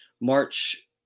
March